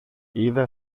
είδα